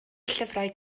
llyfrau